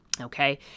Okay